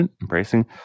embracing